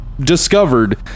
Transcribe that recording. discovered